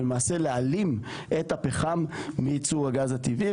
ולמעשה להעלים את הפחם מייצור הגז הטבעי,